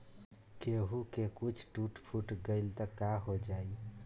केहू के कुछ टूट फुट गईल त काहो जाई